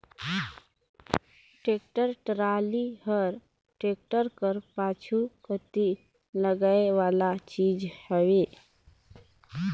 tractor trolley हर tractor कर पाछू कती लगाए वाला चीज हवे